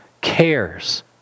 cares